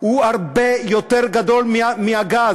הוא הרבה יותר גדול מאשר על הגז.